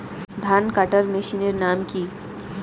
ধান কাটার মেশিনের নাম কি?